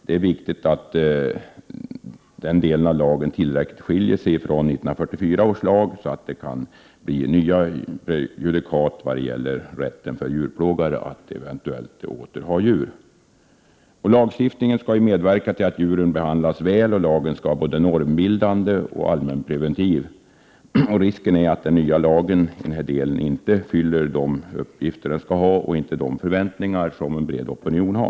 Det är viktigt att den delen av lagen skiljer sig tillräckligt mycket från 1944 års lag, så att nya prejudikat kan skapas när det gäller rätten för djurplågare att åter ha djur. Lagstiftningen skall ju medverka till att djuren behandlas väl, och lagen skall vara normbildande och allmänpreventiv. Risken är att den nya lagen i denna del inte fyller sitt syfte och inte heller de förväntningar som en bred opinion har.